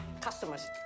Customers